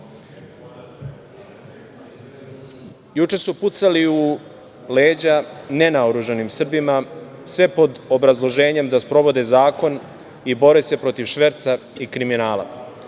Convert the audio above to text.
su pucali u leđa nenaoružanim Srbima, a sve pod obrazloženjem da sprovode zakon i bore se protiv šverca i kriminala.